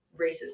racist